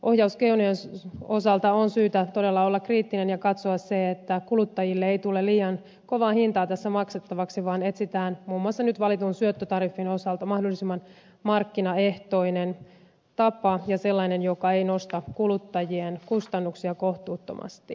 mutta ohjauskeinojen osalta on syytä todella olla kriittinen ja katsoa se että kuluttajille ei tule liian kovaa hintaa tässä maksettavaksi vaan etsitään muun muassa nyt valitun syöttötariffin osalta sellainen mahdollisimman markkinaehtoinen tapa joka ei nosta kuluttajien kustannuksia kohtuuttomasti